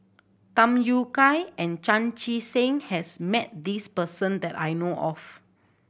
Tham Yui Kai and Chan Chee Seng has met this person that I know of